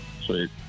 Sweet